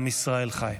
עם ישראל חי.